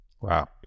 Wow